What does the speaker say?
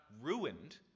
ruined